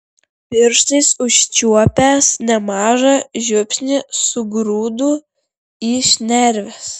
pirštais užčiuopęs nemažą žiupsnį sugrūdu į šnerves